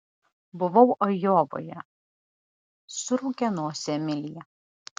buvau ajovoje suraukė nosį emilija